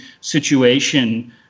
situation